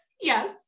Yes